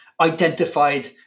identified